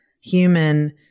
human